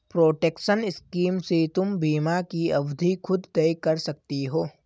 protection scheme से तुम बीमा की अवधि खुद तय कर सकती हो